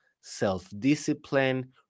self-discipline